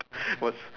what's